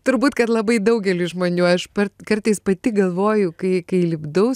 turbūt kad labai daugeliui žmonių aš par kartais pati galvoju kai kai lipdau